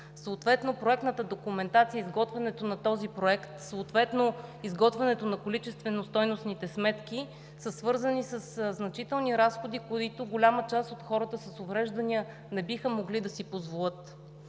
Съответно проектната документация и изготвянето на този проект, съответно изготвянето на количествено-стойностните сметки са свързани със значителни разходи, които голяма част от хората с увреждания не биха могли да си позволят.